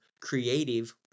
creative